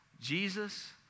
Jesus